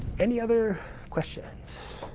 any other questions?